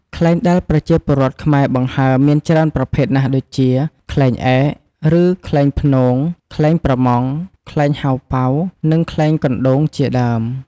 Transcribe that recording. ខ្លែងដែលប្រជាពលរដ្ឋខ្មែរបង្ហើរមានច្រើនប្រភេទណាស់ដូចជា ខ្លែងឯក ឬខ្លែងព្នង ខ្លែងប្រម៉ង់ ខ្លែងហៅប៉ៅ និងខ្លែងកណ្តូង ជាដើម។